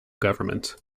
government